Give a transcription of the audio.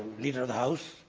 leader of the house,